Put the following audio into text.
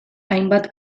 hainbat